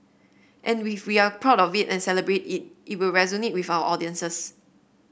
and with we are proud of it and celebrate it it will resonate with our audiences